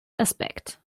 aspect